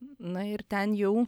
na ir ten jau